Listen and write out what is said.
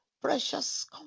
precious